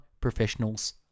professionals